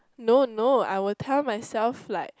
no no I will tell myself like